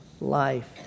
life